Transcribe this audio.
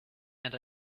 and